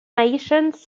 nations